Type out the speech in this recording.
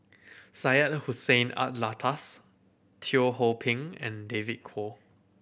Syed Hussein Alatas Teo Ho Pin and David Kwo